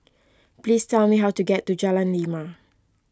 please tell me how to get to Jalan Lima